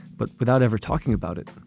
but without ever talking about it,